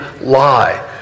lie